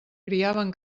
criaven